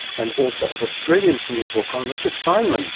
and author of a brilliant new book on richard feynman